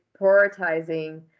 prioritizing